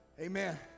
Amen